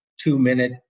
two-minute